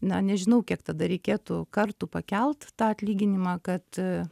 na nežinau kiek tada reikėtų kartų pakelt tą atlyginimą kad